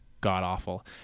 god-awful